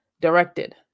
directed